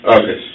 okay